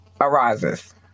arises